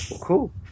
cool